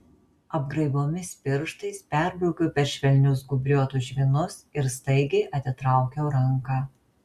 apgraibomis pirštais perbraukiau per švelnius gūbriuotus žvynus ir staigiai atitraukiau ranką